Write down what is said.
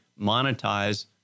monetize